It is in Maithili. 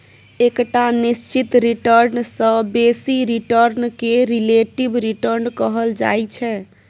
एकटा निश्चित रिटर्न सँ बेसी रिटर्न केँ रिलेटिब रिटर्न कहल जाइ छै